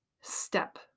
step